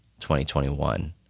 2021